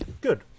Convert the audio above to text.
Good